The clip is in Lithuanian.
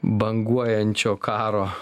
banguojančio karo